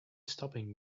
stopping